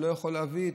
שלא יכול להביא,